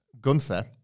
Gunther